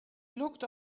looked